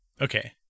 Okay